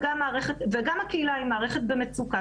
וגם הקהילה היא מערכת במצוקה.